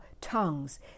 tongues